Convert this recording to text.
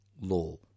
law